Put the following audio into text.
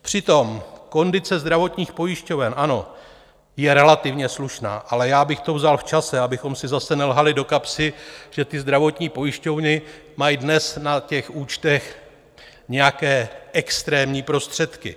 Přitom kondice zdravotních pojišťoven, ano, je relativně slušná, ale já bych to vzal v čase, abychom si zase nelhali do kapsy, že ty zdravotní pojišťovny mají dnes na účtech nějaké extrémní prostředky.